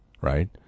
right